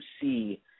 see